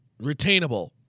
retainable